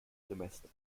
semester